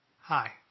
Hi